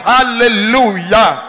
Hallelujah